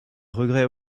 regrets